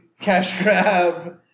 cash-grab